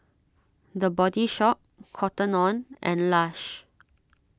the Body Shop Cotton on and Lush